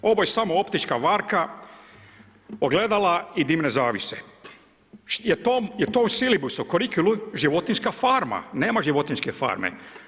Ovo je samo optička varka ogledala i dimne zavjese, je to u silibusu kurikulumu, životinjska farma, nema životinjske farme.